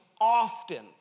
often